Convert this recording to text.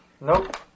nope